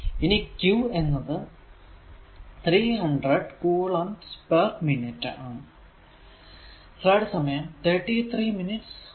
ഇനി q എന്നത് 300 കുളം പേർ മിനിറ്റ് ആണ്